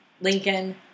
Lincoln